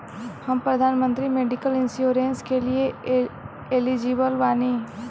हम प्रधानमंत्री medical insurance के लिए एलिजिबल बानी?